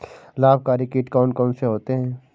लाभकारी कीट कौन कौन से होते हैं?